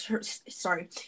sorry